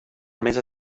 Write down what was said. mesa